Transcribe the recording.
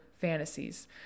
fantasies